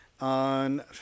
on